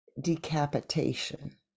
decapitation